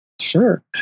Sure